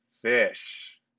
fish